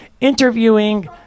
interviewing